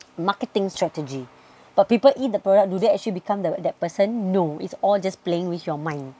marketing strategy but people eat the product do they actually become the that person know it's all just playing with your mind